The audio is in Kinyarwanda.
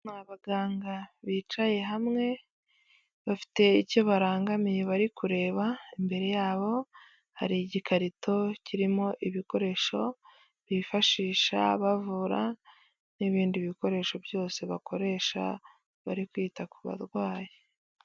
Ni abaganga bicaye hamwe bafite icyo barangamiye bari kureba imbere yabo hari igikarito kirimo ibikoresho bifashisha bavura n'ibindi bikoresho byose bakoresha bari kwita ku barwayi.